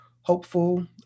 hopeful